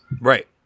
Right